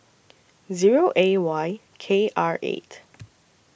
Zero A Y K R eight